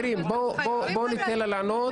בואו ניתן לה לענות.